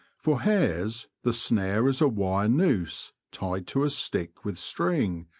for hares the snare is a wire noose tied to a stick with string,